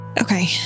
Okay